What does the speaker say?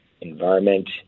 environment